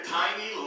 tiny